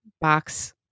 box